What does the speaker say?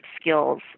skills